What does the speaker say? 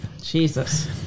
Jesus